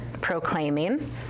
proclaiming